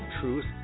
Truth